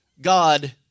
God